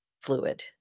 fluid